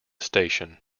station